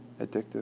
addictive